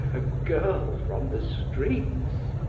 a girl from the streets.